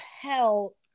hell